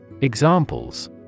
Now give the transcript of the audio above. Examples